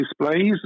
displays